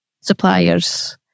suppliers